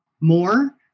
more